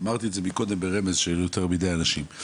אמרתי את זה מקודם ברמז של יותר מידי אנשים.